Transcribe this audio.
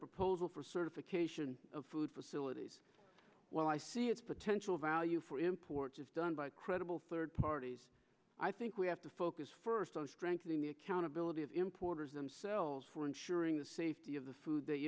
proposal for certification of food facilities while i see its potential value for imports is done by credible third parties i think we have to focus first on strengthening the accountability of importers themselves for ensuring the safety of the food th